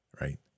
right